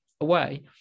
away